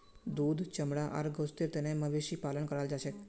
दूध चमड़ा आर गोस्तेर तने मवेशी पालन कराल जाछेक